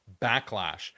backlash